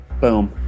Boom